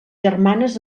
germanes